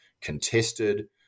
contested